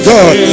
God